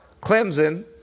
Clemson